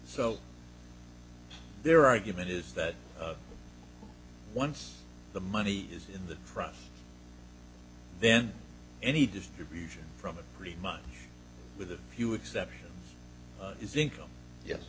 so their argument is that once the money is in the front then any distribution from a pretty much with a few exceptions is income yes